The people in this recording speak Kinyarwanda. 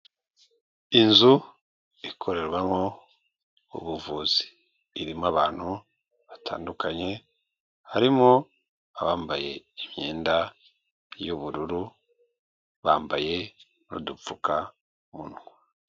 Inzu ikorerwamo ubuvuzi, irimo abantu batandukanye, harimo abambaye imyenda y'ubururu, bambaye n'udupfukamunwa.